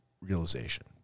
realization